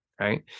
right